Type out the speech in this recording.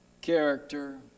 character